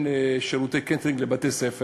נותן בעיקר שירותי קייטרינג לבתי-ספר,